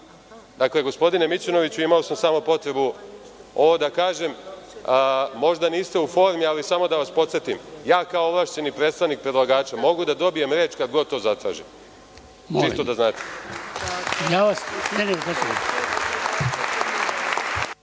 tako. Dakle, gospodine Mićunoviću imao sam samo potrebu ovo da kažem, možda niste u formi, ali samo da vas podsetim, ja kao ovlašćeni predstavnik predlagača mogu da dobijem reč kad god to zatražim. Čisto da znate.